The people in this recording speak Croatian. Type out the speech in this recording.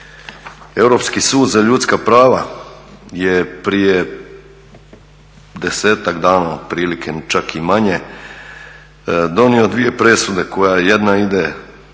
Europski sud za ljudska prava koji je prije 10-ak dana otprilike, čak i manje, donio dvije presude. Jedna ide